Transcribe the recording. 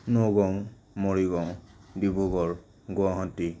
Nagaon Morigaon Dibrugarh Guwahati